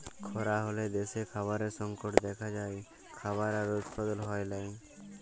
খরা হ্যলে দ্যাশে খাবারের সংকট দ্যাখা যায়, খাবার আর উৎপাদল হ্যয় লায়